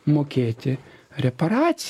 mokėti reparacijas